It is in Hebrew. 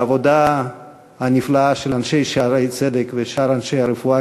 העבודה הנפלאה של אנשי "שערי צדק" ושאר אנשי הרפואה,